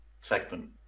segment